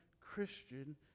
Christian